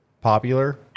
popular